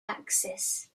axis